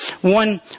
One